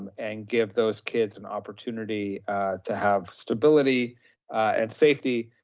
and and give those kids an opportunity to have stability and safety.